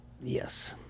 yes